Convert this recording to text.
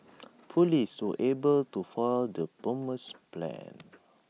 Police were able to foil the bomber's plans